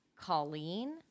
Colleen